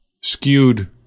skewed